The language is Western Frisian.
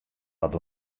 wat